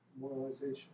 Moralization